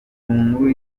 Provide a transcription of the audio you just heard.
nkuru